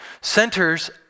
centers